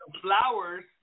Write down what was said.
flowers